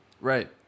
Right